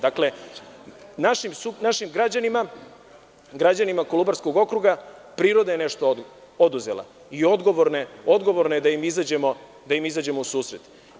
Dakle, našim građanima, građanima Kolubarskog okruga priroda je nešto oduzela i odgovorno je da im izađemo u susret.